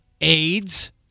AIDS